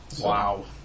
Wow